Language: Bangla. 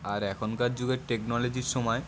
আর এখনকার যুগে টেকনোলজির সময়